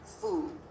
food